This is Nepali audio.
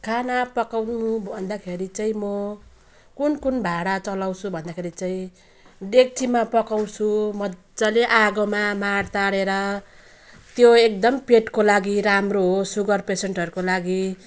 खाना पकाउनु भन्दाखेरि चाहिँ म कुन कुन भाँडा चलाउँछु भन्दाखेरि चाहिँ डेक्चीमा पकाउँछु मजाले आगोमा माड तारेर त्यो एकदम पेटको लागि राम्रो हो सुगर पेसेन्टहरूको लागि